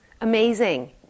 amazing